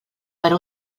per